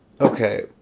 Okay